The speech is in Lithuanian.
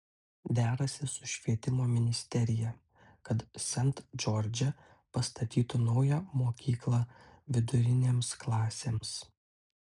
derasi su švietimo ministerija kad sent džordže pastatytų naują mokyklą vidurinėms klasėms